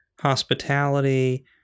Hospitality